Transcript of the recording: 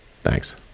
Thanks